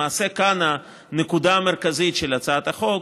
למעשה, כאן הנקודה המרכזית של הצעת החוק,